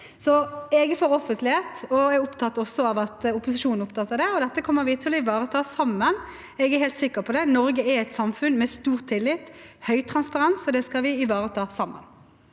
Jeg er for offentlighet, og jeg er også opptatt av at opposisjonen er opptatt av det, og dette kommer vi til å ivareta sammen. Jeg er helt sikker på det. Norge er et samfunn med stor tillit og høy transparens, og det skal vi ivareta sammen.